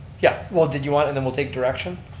yeah, well, did you want and we'll take direction,